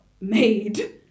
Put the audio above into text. made